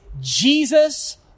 Jesus